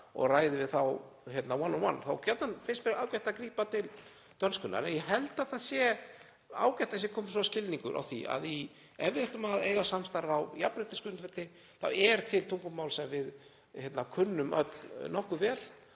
og ræði við þá „one on one“ — þá finnst mér ágætt að grípa til dönskunnar. Ég held að það sé ágætt að kominn sé sá skilningur á því að ef við ætlum að eiga samstarf á jafnréttisgrundvelli þá er til tungumál sem við kunnum öll nokkuð vel